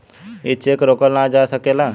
ई चेक रोकल ना जा सकेला